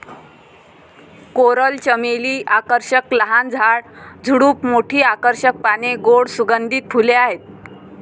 coral चमेली आकर्षक लहान झाड, झुडूप, मोठी आकर्षक पाने, गोड सुगंधित फुले आहेत